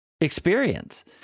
experience